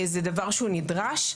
זה דבר שהוא נדרש.